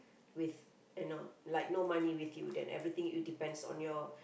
with you know like no money with you then everything you depends on your